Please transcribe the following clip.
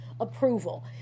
approval